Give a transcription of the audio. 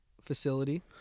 facility